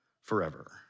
forever